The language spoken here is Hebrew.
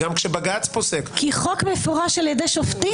כי גם בג"ץ פוסק- -- כי חוק מפורש על ידי שופטים.